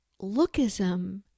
lookism